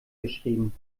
geschrieben